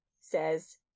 says